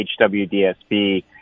HWDSB